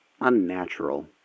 unnatural